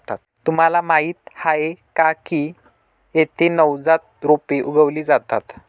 तुम्हाला माहीत आहे का की येथे नवजात रोपे उगवली जातात